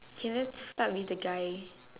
can I start with the guy